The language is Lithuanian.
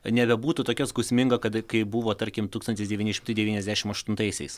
nebebūtų tokia skausminga kad kaip buvo tarkim tūkstantis devyni šimtai devyniasdešimt aštuntaisiais